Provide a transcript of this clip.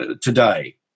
today